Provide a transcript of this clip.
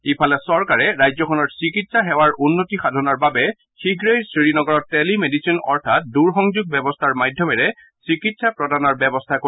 ইফালে চৰকাৰে ৰাজ্যখনৰ চিকিৎসা সেৱাৰ উন্নতি সাধনৰ বাবে শীঘ্ৰেই শ্ৰীনগৰত টেলি মেডিচিন অৰ্থাৎ দূৰসংযোগ ব্যৱস্থাৰ মাধ্যমেৰে চিকিৎসা প্ৰদানৰ ব্যৱস্থা কৰিব